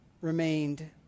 remained